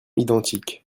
identique